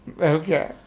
Okay